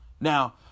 Now